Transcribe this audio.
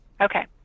Okay